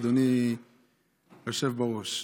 אדוני היושב בראש.